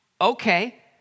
Okay